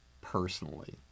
personally